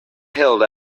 held